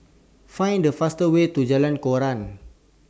Find The fast Way to Jalan Koran